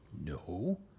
No